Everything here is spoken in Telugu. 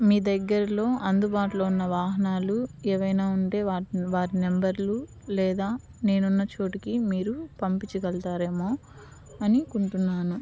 మీ దగ్గరలో అందుబాటులో ఉన్న వాహనాలు ఏవైనా ఉంటే వాటిని వారి నెంబర్లూ లేదా నేనున్న చోటుకి మీరు పంపిచగలతారేమో అని కుంటున్నాను